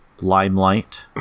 limelight